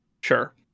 Sure